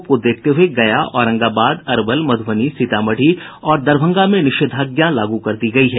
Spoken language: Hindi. लू के प्रकोप को देखते हुए गया औरंगाबाद अरवल मध्रबनी सीतामढ़ी और दरभंगा में निषेधाज्ञा लागू कर दी गयी है